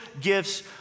gifts